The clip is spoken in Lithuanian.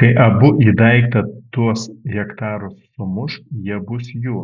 kai abu į daiktą tuos hektarus sumuš jie bus jų